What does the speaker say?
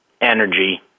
energy